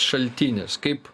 šaltinis kaip